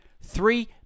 three